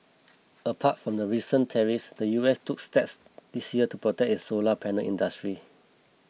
apart from the recent tariffs the U S took steps this year to protect its solar panel industry